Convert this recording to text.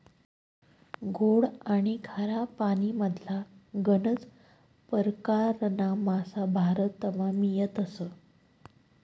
गोड आनी खारा पानीमधला गनज परकारना मासा भारतमा मियतस